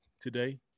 today